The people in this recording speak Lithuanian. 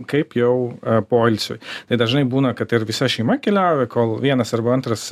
kaip jau poilsiui tai dažnai būna kad ir visa šeima keliauja kol vienas arba antras